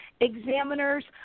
examiners